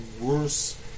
worse